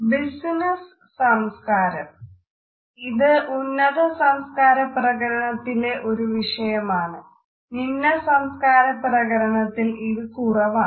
business സംസ്കാരം ഇത് ഉന്നത സംസ്കാര പ്രകരണത്തിലെ ഒരു വിഷയമാണ് നിമ്നസംസ്കാര പ്രകരണത്തിൽ ഇത് കുറവാണ്